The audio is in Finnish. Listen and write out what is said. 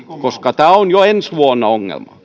koska tämä on jo ensi vuonna ongelma